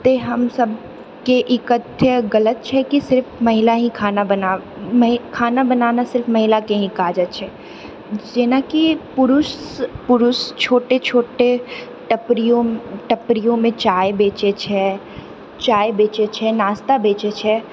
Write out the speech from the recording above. तऽ हमसभके ई कथ्य गलत छै कि सिर्फ महिला ही खाना बना खाना बनाना सिर्फ महिलाके ही काज छै जेनाकि पुरुष पुरुष छोटे छोटे टपरिओ टपरिओमे चाय बेचए छै चाय बेचए छै नाश्ता बेचए छै